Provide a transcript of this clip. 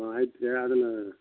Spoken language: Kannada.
ಹ್ಞೂ ಆಯ್ತು ರೀ ಅದನ್ನು